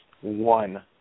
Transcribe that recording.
one